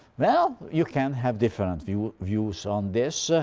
well you can have different views views on this,